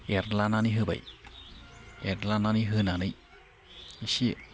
एरग्लानानै होबाय एरग्लानानै होनानै इसे